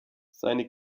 seine